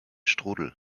strudel